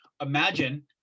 Imagine